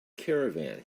caravan